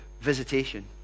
visitation